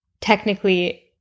technically